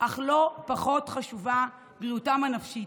אך לא פחות חשובה בריאותם הנפשית.